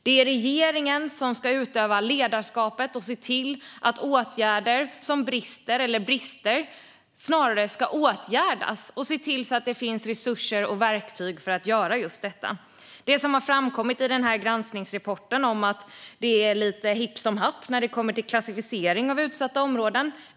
Det är regeringen som ska utöva ledarskapet och se till att brister åtgärdas och att det finns resurser och verktyg för att göra detta. Något som har framkommit i granskningsrapporten är att det är lite hipp som happ när det kommer till klassificering av utsatta områden.